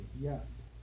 yes